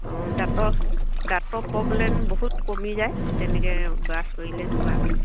অঁ দাঁতৰ দাঁতৰ প্ৰব্লেম বহুত কমি যায় তেনেকৈ ব্ৰাছ কৰিলে দুবৰাকৈ